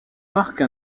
marque